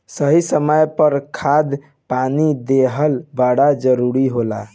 सही समय पर खाद पानी देहल बड़ा जरूरी होला